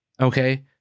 okay